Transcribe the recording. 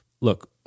Look